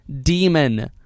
demon